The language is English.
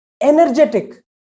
energetic